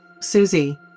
Susie